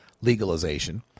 legalization